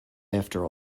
after